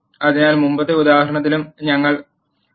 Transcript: അതിനാൽ മുമ്പത്തെ ഉദാഹരണത്തിലും ഞങ്ങൾ ആദ്യമായി തുകയുടെ മൂല്യം 1 ആയി